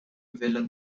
willen